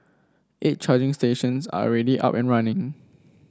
eight charging stations are already up and running